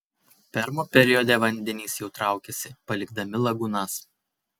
permo periode vandenys jau traukiasi palikdami lagūnas